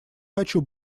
хочу